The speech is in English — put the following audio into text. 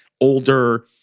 older